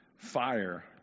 Fire